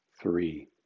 three